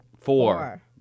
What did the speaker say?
four